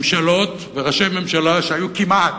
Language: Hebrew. ממשלות וראשי ממשלה שהיו כמעט,